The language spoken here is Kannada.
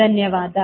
ಧನ್ಯವಾದ